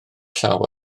llaw